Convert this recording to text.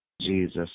Jesus